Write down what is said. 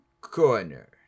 Corner